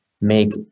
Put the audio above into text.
make